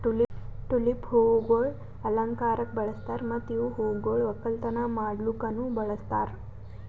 tulip ಹೂವುಗೊಳ್ ಅಲಂಕಾರಕ್ ಬಳಸ್ತಾರ್ ಮತ್ತ ಇವು ಹೂಗೊಳ್ ಒಕ್ಕಲತನ ಮಾಡ್ಲುಕನು ಬಳಸ್ತಾರ್